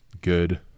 good